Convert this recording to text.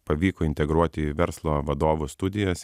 pavyko integruot į verslo vadovų studijas